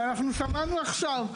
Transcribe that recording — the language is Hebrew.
כמו ששמענו עכשיו,